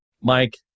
Mike